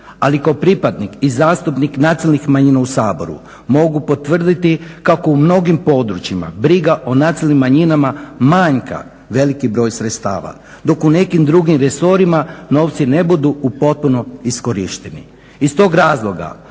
ali kao pripadnik i zastupnik nacionalnih manjina u Saboru mogu potvrditi kako u mnogim područjima briga o nacionalnim manjinama manjka veliki broj sredstava dok u nekim drugim resorima novci ne budu uputpuno iskorišteni. Iz tog razloga